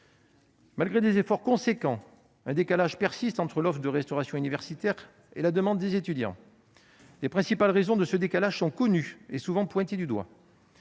Malgré des efforts importants, un décalage persiste entre l'offre de restauration universitaire et la demande des étudiants. Les principales raisons de ce décalage sont connues, et sont régulièrement pointées du doigt